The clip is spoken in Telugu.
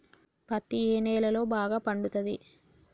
పత్తి ఏ నేలల్లో బాగా పండుతది?